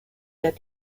der